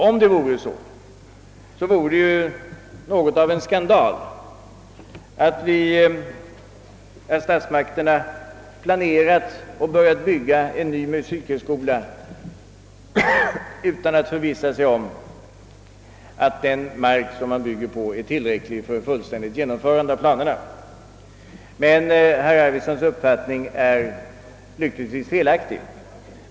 Om det vore så skulle det ju vara något av en skandal att statsmakterna planerat och börjat bygga en ny musikhögskola utan att förvissa sig om att den mark de bygger på är tillräcklig för ett fullständigt genomförande av planerna. Herr Arvidsons uppfattning är lyckligtvis felaktig.